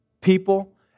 people